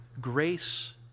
Grace